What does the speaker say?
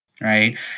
Right